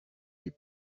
les